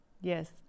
Yes